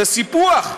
זה סיפוח,